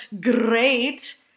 great